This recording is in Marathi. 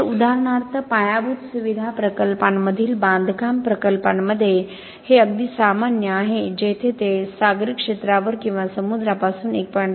तर उदाहरणार्थ पायाभूत सुविधा प्रकल्पांमधील बांधकाम प्रकल्पांमध्ये हे अगदी सामान्य आहे जेथे ते सागरी क्षेत्रावर किंवा समुद्रापासून 1